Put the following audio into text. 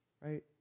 right